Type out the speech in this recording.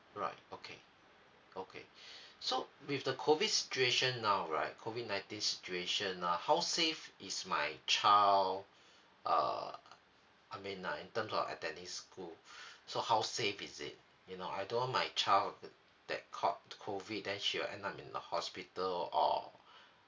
alright okay okay so with the COVID situation now right COVID nineteen situation now how safe is my child err I mean uh in terms of attending school so how safe is it you know I don't want my child like caught COVID then she will end up in the hospital or